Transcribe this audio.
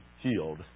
healed